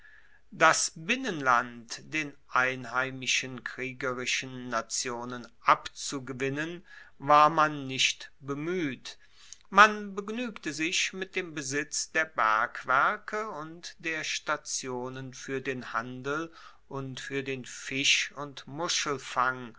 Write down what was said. das binnenland den einheimischen kriegerischen nationen abzugewinnen war man nicht bemueht man begnuegte sich mit dem besitz der bergwerke und der stationen fuer den handel und fuer den fisch und muschelfang